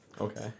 Okay